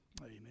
amen